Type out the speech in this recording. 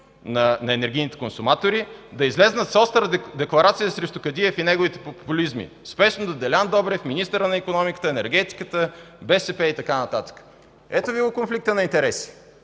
на енергийните консуматори – да излязат с остра декларация срещу Кадиев и неговите популизми. Спешно! До Делян Добрев, министъра на икономиката, енергетиката, БСП и така нататък”. Ето Ви го конфликтът на интереси!